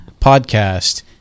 podcast